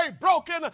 broken